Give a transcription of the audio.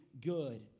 good